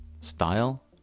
style